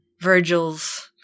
Virgil's